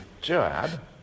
Joab